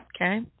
Okay